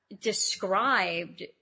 described